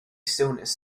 stillness